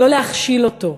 לא להכשיל אותו,